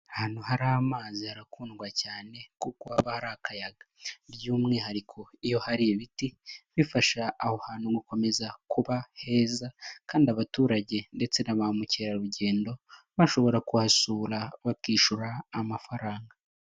Ahantu hari amazi harakundwa cyane, kuko haba hari akayaga. Byumwihariko iyo hari ibiti, bifasha aho hantu gukomeza kuba heza, kandi abaturage ndetse na bamukerarugendo, bashobora kuhasura bakishyura amafaranga.